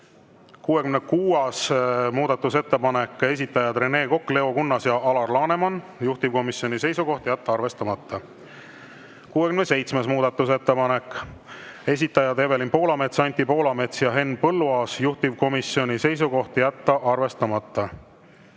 66. muudatusettepanek, esitajad Rene Kokk, Leo Kunnas ja Alar Laneman. Juhtivkomisjoni seisukoht: jätta arvestamata. 67. muudatusettepanek, esitajad Evelin Poolamets, Anti Poolamets ja Henn Põlluaas. Juhtivkomisjoni seisukoht: jätta arvestamata.